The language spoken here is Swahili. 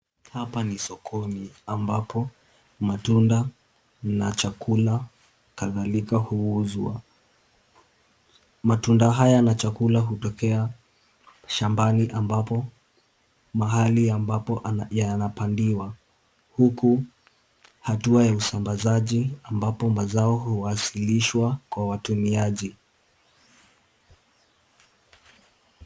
Hapa ni sokoni, ambapo matunda na chakula kadhalika huuzwa. Matunda haya na chakula hutokea shambani ambapo, mahali ambapo yanapandiwa. Huku hatua ya usambazaji, ambapo mazao huwasilishwa kwa watumiaji.